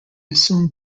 assumed